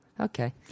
Okay